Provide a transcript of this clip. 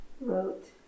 wrote